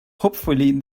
hopefully